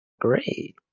great